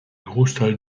großteil